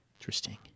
Interesting